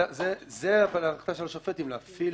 זה נתון להחלטה של השופט אם להפעיל